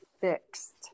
fixed